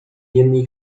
jednej